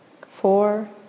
four